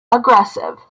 aggressive